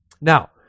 Now